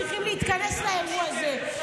צריכים להתכנס לאירוע הזה.